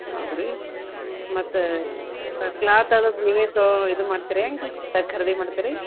ಹೌದ್ ರೀ ಮತ್ತೆ ಕ್ಲಾತ್ ಅದ್ರುದ್ದು ನೀವೇ ತೋ ಇದು ಮಾಡ್ತೀರಾ ಏನ್ರೀ ಖರೀದಿ ಮಾಡ್ತಿರಾ